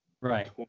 Right